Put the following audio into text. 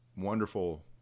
Wonderful